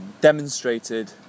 demonstrated